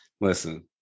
Listen